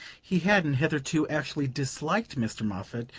he hadn't, hitherto, actually disliked mr. moffatt,